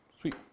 Sweet